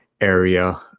area